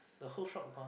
the whole shop gone